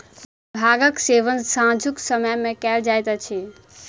भांगक सेवन सांझुक समय मे कयल जाइत अछि